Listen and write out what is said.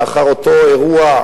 לאחר אותו אירוע,